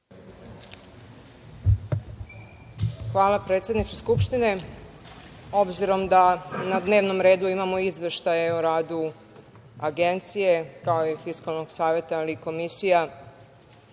Hvala predsedniče Skupštine. Obzirom da na dnevnom redu imamo izveštaje o radu Agencije, kao i Fiskalnog saveta, ali i komisija.